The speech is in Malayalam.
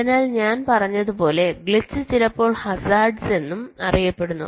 അതിനാൽ ഞാൻ പറഞ്ഞതുപോലെഗ്ലിച് ചിലപ്പോൾ ഹസാർഡ്സ് എന്നും അറിയപ്പെടുന്ന